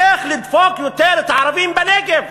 איך לדפוק יותר את הערבים בנגב,